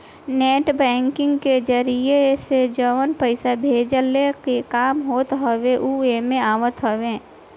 net banking के जरिया से जवन पईसा भेजला के काम होत हवे उ एमे आवत हवे